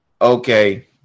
Okay